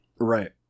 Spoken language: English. Right